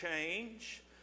change